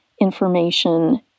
information